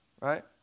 right